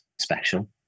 special